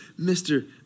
Mr